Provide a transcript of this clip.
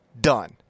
done